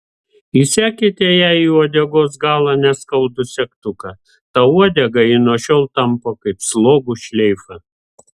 įsekite jai į uodegos galą neskaudų segtuką tą uodegą ji nuo šiol tampo kaip slogų šleifą